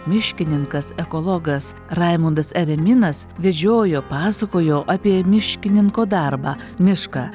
miškininkas ekologas raimundas ereminas vedžiojo pasakojo apie miškininko darbą mišką